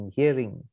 hearing